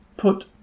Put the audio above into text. put